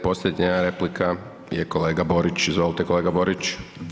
Posljednja replika je kolega Borić, izvolite kolega Borić.